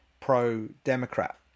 pro-Democrat